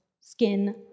skin